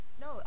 No